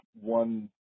one